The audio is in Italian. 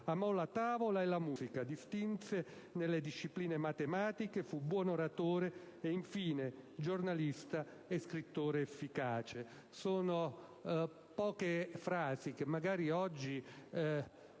Amò la tavola e la musica, si distinse nelle discipline matematiche, fu buon oratore e infine giornalista e scrittore efficace». Sono poche frasi, che magari oggi